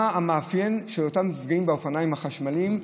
מה המאפיין של אותם נפגעים באופניים החשמליים?